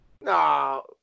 No